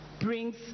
brings